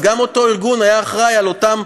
אז אותו ארגון היה אחראי גם לאותם